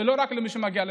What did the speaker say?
ולא רק למי שמגיע לבלפור,